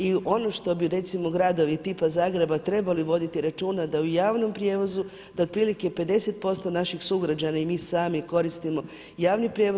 I ono što bi recimo gradovi tipa Zagreba trebali voditi računa, da u javnom prijevozu, da otprilike 50% naših sugrađana i mi sami koristimo javni prijevoz.